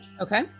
okay